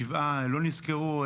שבעה לא נסקרו,